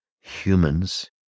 humans